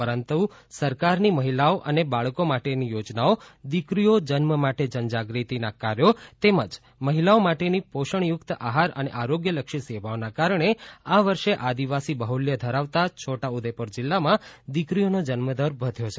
પરંતુ સરકારની મહિલા ઓ અને બાળકો માટેની યોજનાઓ દીકરીઓ જન્મ માટે જન જાગૃતિ ના કાર્યો તેમજ મહિલા ઓ માટે ની પોષણયુક આહાર અને આરોગ્ય લક્ષી સેવાઓ ના કારણે આ વર્ષે આદિવાસી બહ્લ્ય ધરાવતાં છોટાઉદેપુર જિલ્લામાં દીકરીઓ નો જન્મદર વધ્યો છે